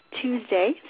tuesday